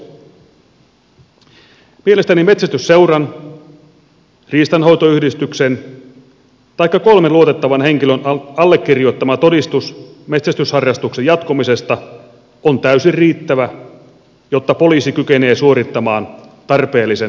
mielestäni metsästysseuran riistanhoitoyhdistyksen taikka kolmen luotettavan henkilön allekirjoittama todistus metsästysharrastuksen jatkumisesta on täysin riittävä jotta poliisi kykenee suorittamaan tarpeellisen lupaharkinnan